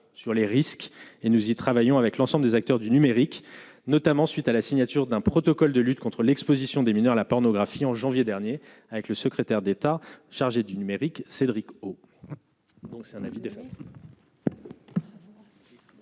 sur les risques et nous y travaillons avec l'ensemble des acteurs du numérique, notamment suite à la signature d'un protocole de lutte contre l'Exposition des mineurs à la pornographie en janvier dernier avec le secrétaire d'État chargé du numérique Cédric O,